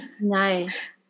Nice